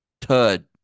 tud